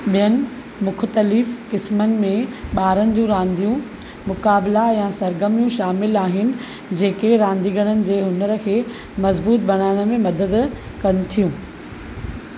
ॿियुनि मुख़्तलिफ़ क़िस्मनि में ॿारनि जूं रांदियूं मुक़ाबिला या सरगर्मियूं शामिल आहिनि जेके रांदीगरनि जे हुनुर खे मज़बूत बणाइण में मदद कनि थियूं